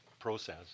process